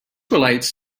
relates